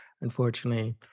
unfortunately